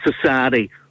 society